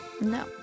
No